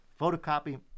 photocopy